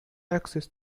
access